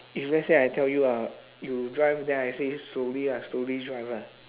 if let's say I tell you uh you drive then I say slowly ah slowly drive ah